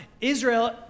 Israel